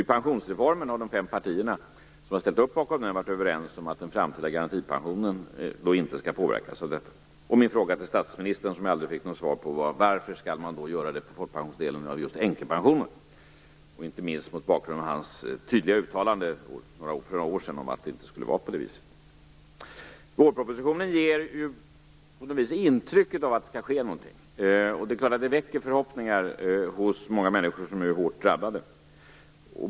I pensionsreformen har de fem partier som har ställt upp varit överens om att den framtida garantipensionen inte skall påverkas av detta. Min fråga till statsministern, som jag aldrig fick något svar på, var: Varför skall man då göra detta på folkpensionsdelen när det gäller just änkepensionen? Denna fråga ställde jag inte minst mot bakgrund av hans tydliga uttalande för några år sedan om att det inte skulle vara på det viset. Vårpropositionen ger på något vis intryck av att det skall ske någonting. Detta väcker så klart förhoppningar hos många människor som är hårt drabbade.